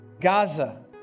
Gaza